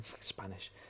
Spanish